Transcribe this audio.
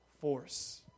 force